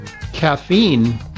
caffeine